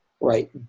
right